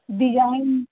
design